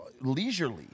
leisurely